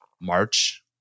March